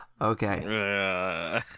Okay